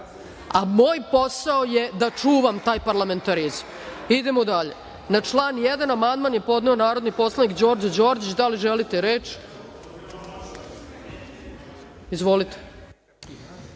Moj posao je da čuvam taj parlamentarizam. Na član 1. amandman je podneo narodni poslanik Đorđe Đorđić. Da li želite reč? Izvolite.